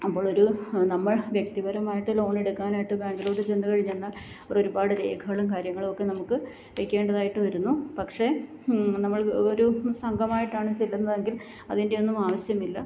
അപ്പോൾ ഒരു നമ്മൾ വ്യക്തിപരമായിട്ട് ലോണ് എടുക്കാനായിട്ട് ബാങ്കിലോട്ട് ചെന്ന് കഴിഞ്ഞെന്നാൽ ഒരുപാട് രേഖകളും കാര്യങ്ങളും ഒക്കെ നമുക്ക് വെക്കേണ്ടതായിട്ട് വരുന്നു പക്ഷെ നമ്മൾ ഒരു സംഘമായിട്ടാണ് ചെല്ലുന്നതെങ്കിൽ അതിൻ്റെ ഒന്നും ആവശ്യമില്ല